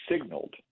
signaled